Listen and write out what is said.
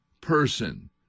person